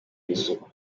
isuku